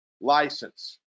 license